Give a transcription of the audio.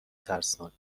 ترسناک